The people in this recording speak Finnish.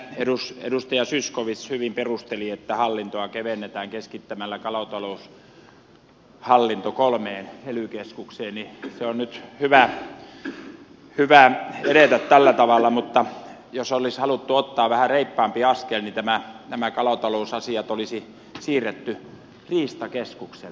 tämän mitä edustaja zyskowicz hyvin perusteli että hallintoa kevennetään keskittämällä kalataloushallinto kolmeen ely keskukseen on nyt hyvä edetä tällä tavalla mutta jos olisi haluttu ottaa vähän reippaampi askel niin nämä kalatalousasiat olisi siirretty riistakeskukselle